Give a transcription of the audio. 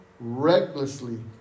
recklessly